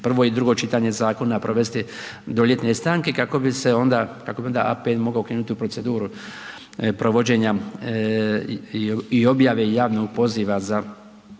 1. i 2. čitanje zakona provesti do ljetne stanke, kako bi se onda kako bi APN mogao krenuti u proceduru provođenja i objave javnog poziva za